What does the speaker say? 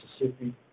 Mississippi